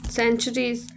centuries